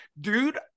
dude